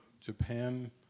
Japan